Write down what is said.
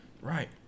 Right